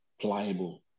pliable